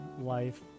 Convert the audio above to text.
life